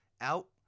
out